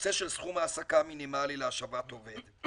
הנושא של סכום העסקה המינימלי להשבת עובד,